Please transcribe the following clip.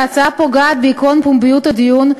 ההצעה פוגעת בעקרון פומביות הדיון,